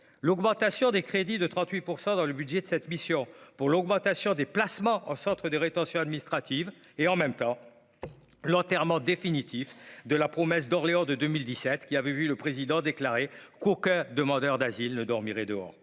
l'augmentation des crédits de 38 % dans le budget de cette mission pour l'augmentation des placements en centre de rétention administrative et en même temps l'enterrement définitif de la promesse d'Orléans de 2017 qui avait vu le président déclaré qu'aucun demandeur d'asile ne dormiraient dehors